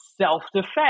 self-defense